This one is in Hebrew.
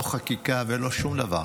לא חקיקה ולא שום דבר,